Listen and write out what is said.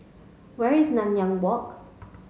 where is Nanyang Walk